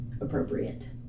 appropriate